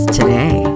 today